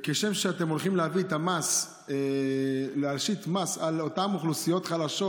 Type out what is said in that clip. וכשם שאתם הולכים להשית מס על אותן אוכלוסיות חלשות,